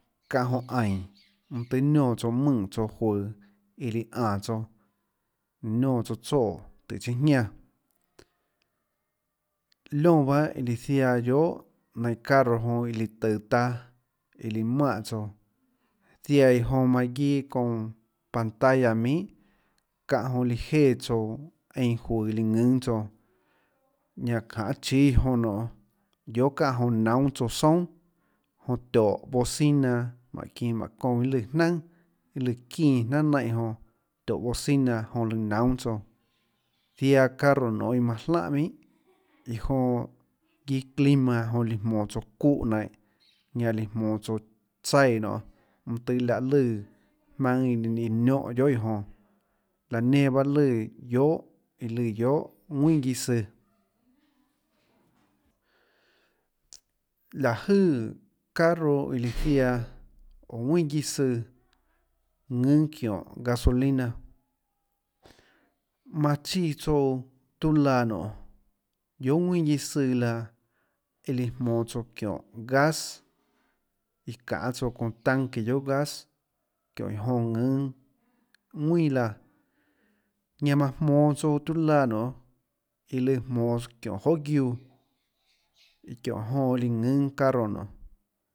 Cáhå jonã aínå mønâ tùhê niónã tsouã mønè juøå iã líã ánå tsouã niónã tsouã tsoè tùhå chiâ jiánã liónã bahâ iã lùã ziaã guiohà nainhå carro jonã iã lùã tøå taâ iã líã manè tsouã ziaã iã jonã manã guiâ çounã pantalla minhà çáhã jonã líã jéã tsouã einã juøå líã ðùnâ tsouã ñanã jahê chíâ jonã nionê guiohà çáhã jonã naúnâ tsouã soúnà jonã tióhå bocina jmáhå çinå jmáhå çounã iâ lùã jnaùnà iâ lùã çínã jnaùnà naínhã jonã tióhå bocina jonã lùã naúnâ tsouã ziaã carro nionê iã manã jlánhà minhà iã jonã guiâ clima jonã líã jmonå tsouã çúhã nianhå ñanã líã jmonå tsouã tsaíã nionê mønâ tøhê láhã lùã jmaønâ iã líã niónhã guiohà iã jonã laã nenã páhã lùã iã lùã guiohà ðuinà guiâ søã láhå jøè carro iã lùã ziaã oå ðuinà guiâ søã ðùnâ çióhå gasolina manã chíã tsouã tuâ laã nionê guiohà ðuinà guiâ søã laã iã lùã jmonå tsouã çióhå gas iã çanê tsouã çounã tançe guiohà gas çióhå iã jonã ðùnâ ðuinà laã ñanã manã jmonå tsouã tuâ laã nionê iã lùã jmonås çióhå johà guiuã iã çióhå jonã líã ðùnâ carro nonê.